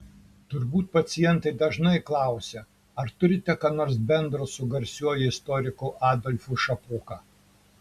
turbūt pacientai dažnai klausia ar turite ką nors bendro su garsiuoju istoriku adolfu šapoka